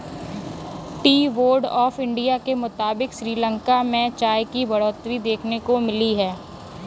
T board of India के मुताबिक़ श्रीलंका में चाय की बढ़ोतरी देखने को मिली है